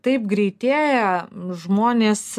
taip greitėja žmonės